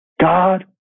God